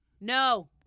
No